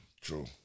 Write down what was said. True